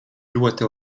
ļoti